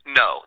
no